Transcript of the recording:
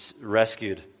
rescued